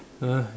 !huh!